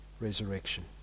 resurrection